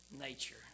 nature